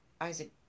Isaac